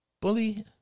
bully